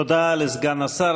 תודה לסגן השר.